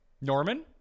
Norman